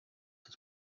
his